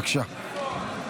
בבקשה.